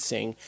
Sing